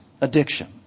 addiction